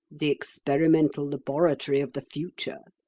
the experimental laboratory of the future,